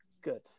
Good